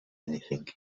anything